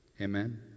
Amen